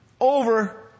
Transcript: over